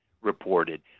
reported